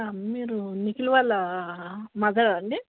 మీరు నిఖిల్ వాళ్ళ మదరా అండి